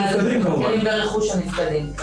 קודם המתאם אמר שיש קשיים משפטיים,